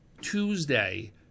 Tuesday